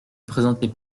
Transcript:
présentait